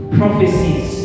prophecies